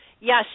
yes